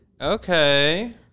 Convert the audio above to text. Okay